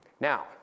Now